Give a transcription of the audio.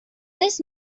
this